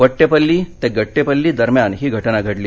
वट्टेपल्ली ते गट्टेपल्ली दरम्यान ही घटना घडली